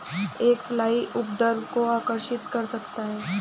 एक फ्लाई उपद्रव को आकर्षित कर सकता है?